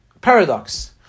paradox